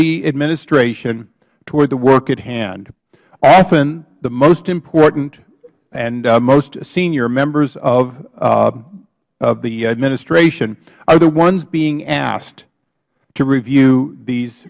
the administration toward the work at hand often the most important and most senior members of the administration are the ones being asked to review these